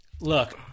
look